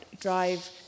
drive